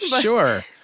sure